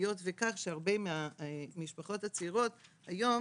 היות והרבה מאוד מהמשפחות הצעירות היום,